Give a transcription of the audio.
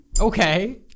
Okay